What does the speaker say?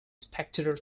spectator